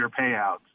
payouts